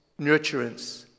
nurturance